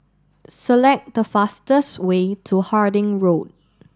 select the fastest way to Harding Road